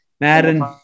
Madden